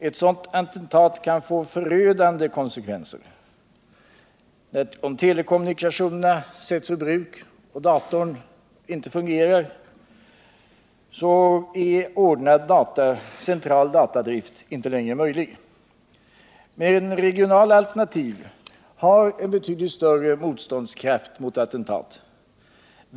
Ett sådant attentat får förödande konsekvenser: om telekommunikationerna sätts ur bruk är ordnad datacentraldrift inte möjlig. Men regionala alternativ har en betydligt större motståndskraft mot attentat.